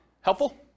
Helpful